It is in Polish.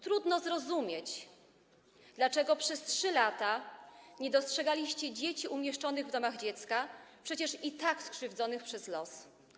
Trudno zrozumieć, dlaczego przez 3 lata nie dostrzegaliście dzieci umieszczonych w domach dziecka, przecież i tak skrzywdzonych przez los.